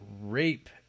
rape